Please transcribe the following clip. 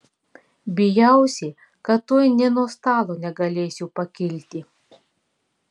bijausi kad tuoj nė nuo stalo negalėsiu pakilti